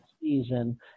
season